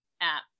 app